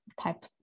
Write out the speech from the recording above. type